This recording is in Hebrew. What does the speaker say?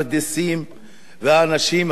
והאנשים היו עולים לקטיף